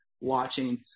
watching